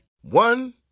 One